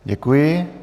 Děkuji.